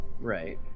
Right